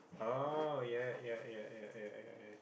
oh ya ya ya ya ya ya